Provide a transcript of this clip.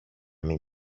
μην